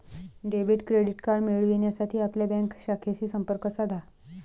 debit credit card मिळविण्यासाठी आपल्या bank शाखेशी संपर्क साधा